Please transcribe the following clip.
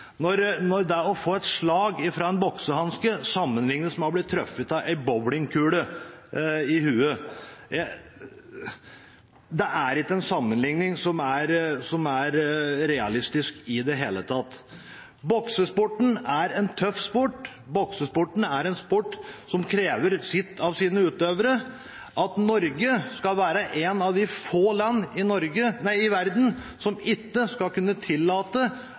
når et slag fra en boksehanske sammenlignes med å bli truffet av en bowlingkule i hodet. Det er ikke en realistisk sammenligning. Boksesporten er en tøff sport – en sport som krever sitt av utøverne. At Norge skal være ett av få land i verden som ikke